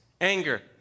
anger